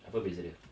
apa beza dia